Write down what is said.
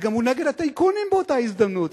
וגם הוא נגד הטייקונים באותה הזדמנות.